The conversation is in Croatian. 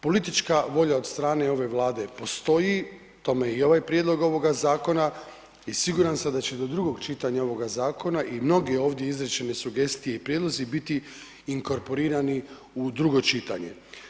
Politička volja od strane ove Vlade postoji, tome je i ovaj prijedlog ovoga zakona i siguran sam da će do drugog čitanja ovog zakona i mnoge ovdje izrečene sugestije i prijedlozi biti inkorporirani u drugo čitanje.